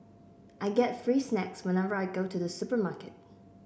I get free snacks whenever I go to the supermarket